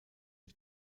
mit